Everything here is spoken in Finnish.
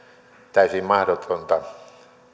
täysin mahdotonta